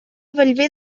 bellver